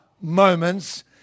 moments